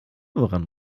woran